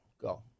go